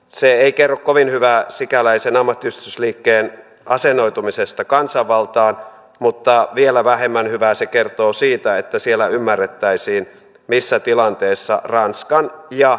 se ei kerro kovin hyvää sikäläisen ammattiyhdistysliikkeen asennoitumisesta kansanvaltaan mutta vielä vähemmän hyvää se kertoo siitä että siellä ymmärrettäisiin missä tilanteessa ranskan ja esimerkiksi